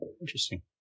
Interesting